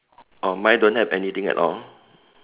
oh mine don't have anything at all